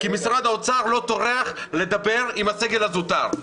כי משרד האוצר לא טורח לדבר עם הסגל הזוטר.